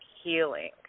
healing